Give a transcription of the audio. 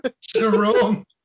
Jerome